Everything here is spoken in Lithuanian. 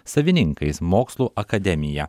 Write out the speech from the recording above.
savininkais mokslų akademija